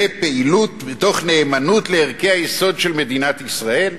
זה פעילות תוך נאמנות לערכי היסוד של מדינת ישראל?